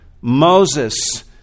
Moses